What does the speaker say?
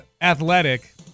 Athletic